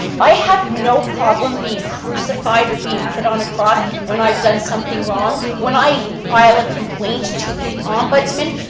i have no problem being crucified or being put on a cross when i've done something wrong. when i file a complaint to the ombudsman,